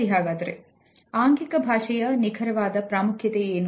ಸರಿ ಹಾಗಾದ್ರೆ ಆಂಗಿಕ ಭಾಷೆಯ ನಿಖರವಾದ ಪ್ರಾಮುಖ್ಯತೆ ಏನು